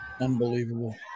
Unbelievable